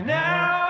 now